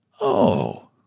Oh